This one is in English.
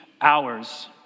hours